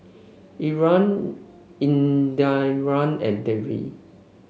Indira and Dev